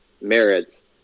merits